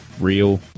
real